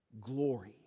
glory